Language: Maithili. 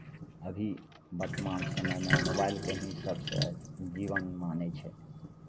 अभी वर्तमान समयमे मोबाइलकेँ ही सभसँ जीवन मानै छै